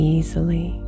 Easily